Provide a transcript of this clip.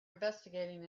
investigating